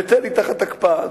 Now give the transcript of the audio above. בית-אל היא תחת הקפאה.